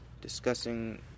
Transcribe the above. discussing